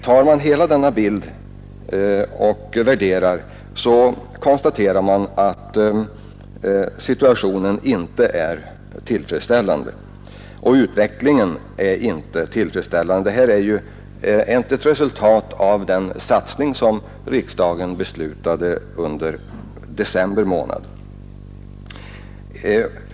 Ser man hela denna bild konstaterar man att situationen och utvecklingen egentligen är mycket otillfredsställande. Detta är vad som blivit resultatet av den satsning som riksdagen beslutade under december månad.